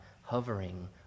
hovering